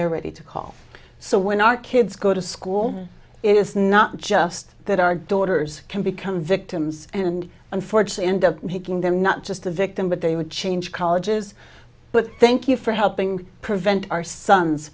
they're ready to call so when our kids go to school it is not just that our daughters can become victims and unfortunately end up making them not just a victim but they would change colleges but thank you for helping prevent our son